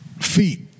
feet